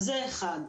זה אחת.